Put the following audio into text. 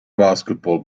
basketball